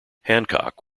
hancock